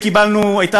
לבקבוקי